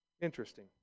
Interesting